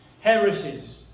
heresies